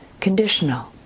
conditional